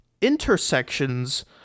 Intersections